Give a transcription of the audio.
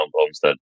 Homestead